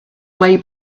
way